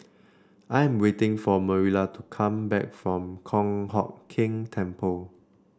I am waiting for Marilla to come back from Kong Hock Keng Temple